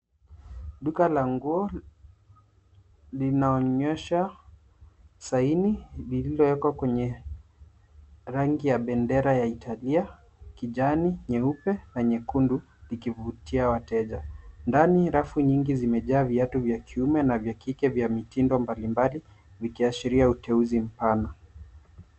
Duka la nguo linaonyesha saini lililowekwa kwenye rangi ya bendera ya Italia kijani nyeupe na nyekundu likivutia wateja. Ndani rafu nyingi zimejaa viatu vya kiume na vya kike vya mitindo mbalimbali vikiashiria mteuzi mpana.